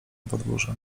podwórze